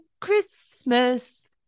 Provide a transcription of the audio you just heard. Christmas